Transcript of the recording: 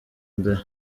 mbere